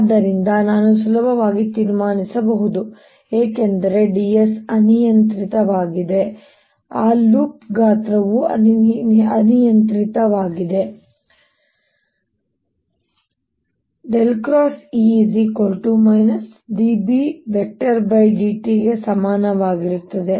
ಆದ್ದರಿಂದ ನಾನು ಸುಲಭವಾಗಿ ತೀರ್ಮಾನಿಸಬಹುದು ಏಕೆಂದರೆ ds ಅನಿಯಂತ್ರಿತವಾಗಿದೆ ಆ ಲೂಪ್ ಗಾತ್ರವು ಅನಿಯಂತ್ರಿತವಾಗಿದೆ B∂t ಗೆ ಸಮಾನವಾಗಿರುತ್ತದೆ